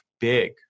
big